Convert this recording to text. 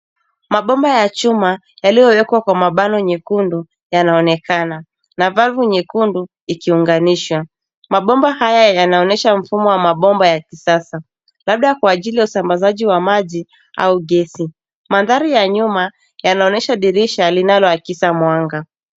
Mabomba ya chuma yaliyowekwa kwa mabano nyekundu yanaonekana, na bavu nyekundu ikiunganishwa. Mabomba haya yanaonesha mfumo wa mabomba ya kisasa, labda kwa ajili ya usambazaji wa maji au gesi. Mandhari ya nyuma yanaonesha dirisha linaloakisa mwanga.